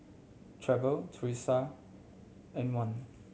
Trevor Teresa Antwain